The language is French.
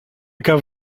cave